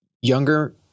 younger